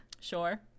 Sure